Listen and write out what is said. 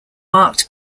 marked